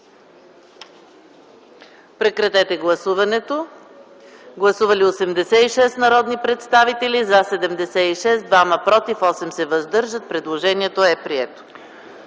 Прекратете гласуването! Гласували 69 народни представители: за 62, против 6, въздържал се 1. Предложението е прието.